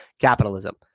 capitalism